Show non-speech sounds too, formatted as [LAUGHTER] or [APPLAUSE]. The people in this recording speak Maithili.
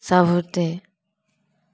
[UNINTELLIGIBLE]